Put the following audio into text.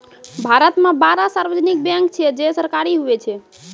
भारत मे बारह सार्वजानिक बैंक छै जे सरकारी हुवै छै